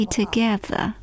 together